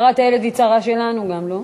הרי כולנו מבינים שצרת הילד היא גם צרה שלנו, לא?